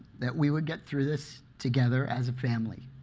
that we would get through this together as a family.